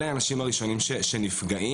אלה האנשים הראשונים שנפגעים.